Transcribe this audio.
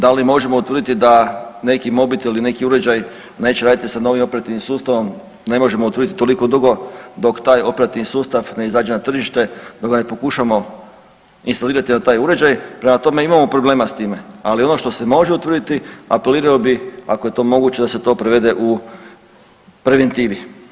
Da li možemo utvrditi da neki mobitel i neki uređaj neće raditi sa novim operativnim sustavom, ne možemo utvrditi toliko dugo dok taj operativni sustav ne izađe na tržište, dok ga ne pokušamo instalirati na taj uređaj, prema tome imamo problema s time, ali ono što se može utvrditi, apelirao bi ako je to moguće da se to prevede u preventivi.